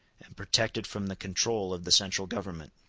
and protected from the control, of the central government.